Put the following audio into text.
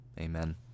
Amen